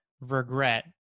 regret